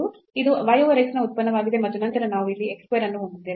ಇದು y over x ನ ಉತ್ಪನ್ನವಾಗಿದೆ ಮತ್ತು ನಂತರ ನಾವು ಅಲ್ಲಿ x square ಅನ್ನು ಹೊಂದಿದ್ದೇವೆ